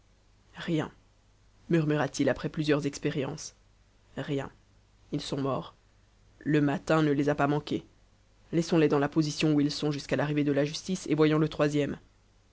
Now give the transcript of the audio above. rien murmura-t-il après plusieurs expériences rien ils sont morts le mâtin ne les a pas manqués laissons-les dans la position où ils sont jusqu'à l'arrivée de la justice et voyons le troisième